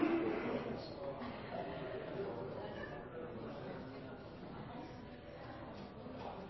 læringsmiljøet. Så er